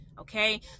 okay